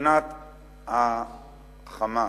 מבחינת ה"חמאס",